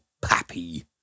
pappy